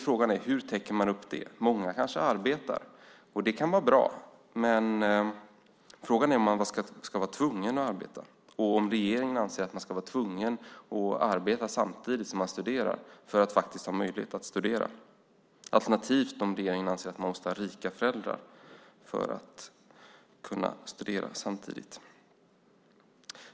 Frågan är: Hur täcker man upp det? Många kanske arbetar, och det kan vara bra. Men frågan är om man ska vara tvungen att arbeta och om regeringen anser att man ska vara tvungen att arbeta samtidigt som man studerar för att ha möjlighet att studera, alternativt att man måste ha rika föräldrar för att kunna studera.